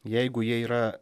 jeigu jie yra